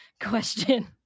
question